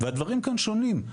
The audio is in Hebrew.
והדברים כאן שונים.